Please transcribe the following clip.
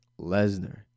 Lesnar